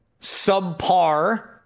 subpar